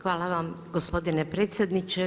Hvala vam gospodine predsjedniče.